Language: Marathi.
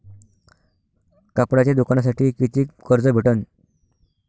कापडाच्या दुकानासाठी कितीक कर्ज भेटन?